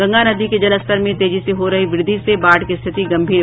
गंगा नदी के जलस्तर में तेजी से हो रही वृद्धि से बाढ़ की स्थिति गम्भीर